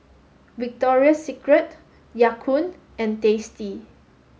Victoria Secret Ya Kun and Tasty